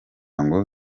ngo